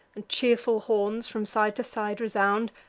and cheerful horns from side to side resound,